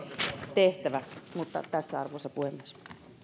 tehtävä tässä arvoisa puhemies